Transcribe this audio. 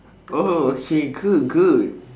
oh okay good good